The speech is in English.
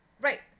Right